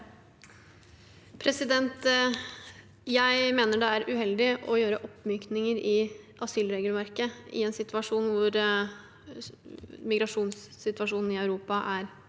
Jeg mener det er uheldig å gjøre oppmykninger i asylregelverket i en situasjon hvor migrasjonssituasjonen i Europa er